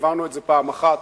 עברנו את זה פעם אחת,